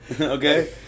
Okay